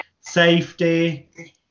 safety